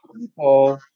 people